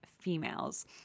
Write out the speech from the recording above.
females